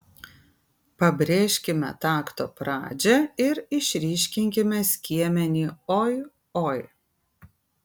pabrėžkime takto pradžią ir išryškinkime skiemenį oi oi